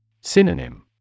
Synonym